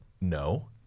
no